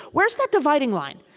where's that dividing line?